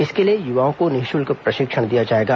इसके लिए युवाओं को निःशुल्क प्रशिक्षण दिया जाएगा